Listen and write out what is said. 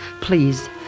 Please